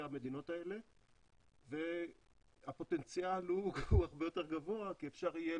המדינות האלה והפוטנציאל הוא הרבה יותר גבוה כי אפשר יהיה